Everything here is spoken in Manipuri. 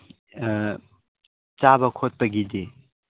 ꯑꯥ ꯆꯥꯕ ꯈꯣꯠꯄꯒꯤꯗꯤ